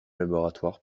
laboratoire